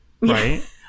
Right